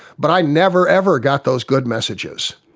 but i never, ever got those good messages.